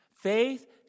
Faith